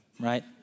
right